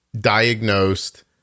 diagnosed